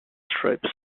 strips